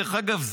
דרך אגב,